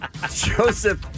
Joseph